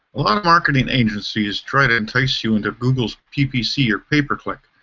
a lot of marketing agencies try to entice you into google's ppc or pay per click.